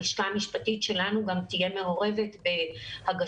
הלשכה המשפטית שלנו גם תהיה מעורבת בהגשת